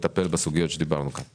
נטפל בסוגיות שדיברנו עליהן כאן.